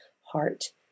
heart